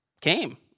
came